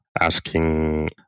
asking